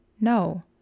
No